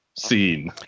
scene